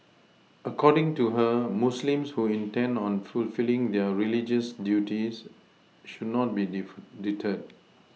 according to her Muslims who intend on fulfilling their religious duties should not be def deterred